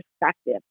perspective